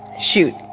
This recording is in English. Shoot